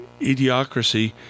idiocracy